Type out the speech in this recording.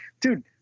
dude